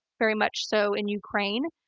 very much so in ukraine.